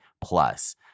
plus